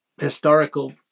historical